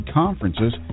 conferences